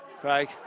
Craig